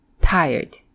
Tired